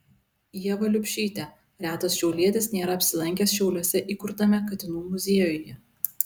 ieva liubšytė retas šiaulietis nėra apsilankęs šiauliuose įkurtame katinų muziejuje